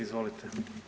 Izvolite.